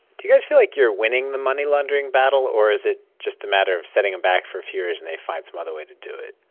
do you guys feel like you're winning the money laundering battle? or is it just a matter of setting them back for for years and they find some other way to do it?